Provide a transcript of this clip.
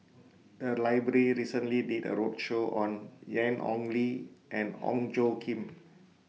The Library recently did A roadshow on Ian Ong Li and Ong Tjoe Kim